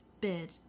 bid